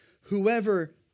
Whoever